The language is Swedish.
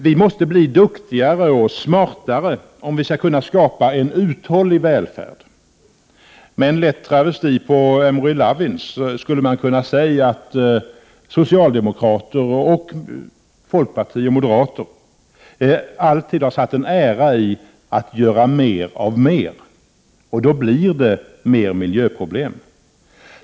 Vi måste bli duktigare och smartare om vi skall kunna skapa en uthållig välfärd. Med en lätt travesti på Amory Lovins skulle man kunna säga att socialdemokrater, folkpartister och moderater alltid har satt en ära i att göra ”mer av mer”, och då blir det mer miljöproblem.